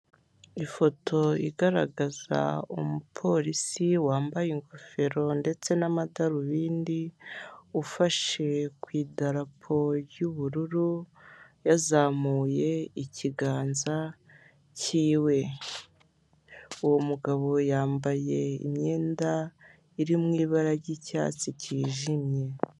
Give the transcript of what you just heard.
Ifoto igaragaza umupolisi wambaye ingofero ndetse n'amadarubindi, ufashe ku idarapo ry'ubururu yazamuye ikiganza cyiwe. Uwo mugabo yambaye imyenda iri mu ibara ry'icyatsi cyijimye.